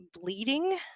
Bleeding